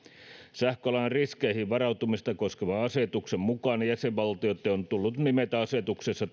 sähköalan riskeihin varautumista koskevan asetuksen mukaan jäsenvaltioitten on tullut nimetä asetuksessa